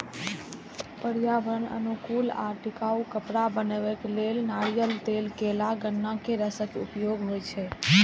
पर्यावरण अनुकूल आ टिकाउ कपड़ा बनबै लेल नारियल, केला, गन्ना के रेशाक उपयोग होइ छै